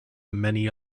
many